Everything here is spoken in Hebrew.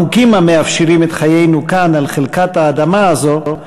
לחוקים המאפשרים את חיינו כאן על חלקת האדמה הזאת,